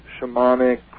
shamanic